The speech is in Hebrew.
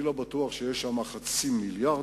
אני לא בטוח שיש שם חצי מיליארד,